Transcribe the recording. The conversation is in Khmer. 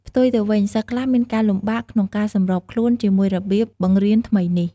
ផ្ទុយទៅវិញ សិស្សខ្លះមានការលំបាកក្នុងការសម្របខ្លួនជាមួយរបៀបបង្រៀនថ្មីនេះ។